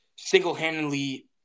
single-handedly